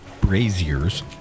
braziers